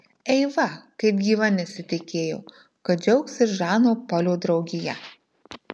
eiva kaip gyva nesitikėjo kad džiaugsis žano polio draugija